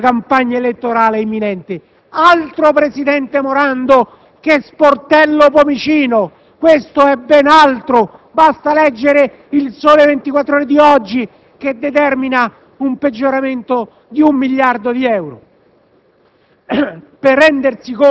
in vista della campagna elettorale imminente. Altro, presidente Morando, che «sportello Pomicino»: questo è ben altro! Basta leggere «Il Sole 24 ORE» di oggi, che parla di un peggioramento di 1 miliardo di euro.